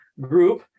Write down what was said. group